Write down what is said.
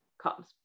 comes